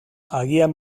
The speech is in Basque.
agian